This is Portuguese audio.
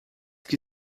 que